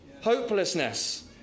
Hopelessness